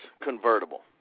convertible